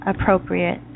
appropriate